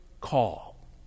call